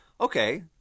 okay